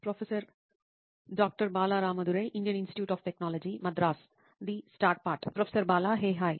professor Bala hey hi